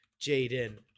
Jaden